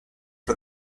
for